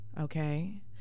okay